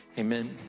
Amen